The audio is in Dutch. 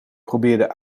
probeerde